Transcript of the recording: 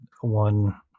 one